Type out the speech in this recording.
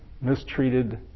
mistreated